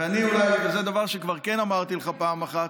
וזה דבר שכבר כן אמרתי לך פעם אחת.